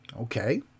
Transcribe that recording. Okay